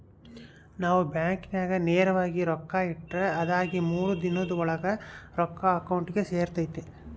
ನಾವು ಬ್ಯಾಂಕಿನಾಗ ನೇರವಾಗಿ ರೊಕ್ಕ ಇಟ್ರ ಅದಾಗಿ ಮೂರು ದಿನುದ್ ಓಳಾಗ ರೊಕ್ಕ ಅಕೌಂಟಿಗೆ ಸೇರ್ತತೆ